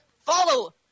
Follow